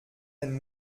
den